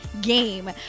Game